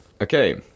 Okay